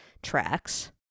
tracks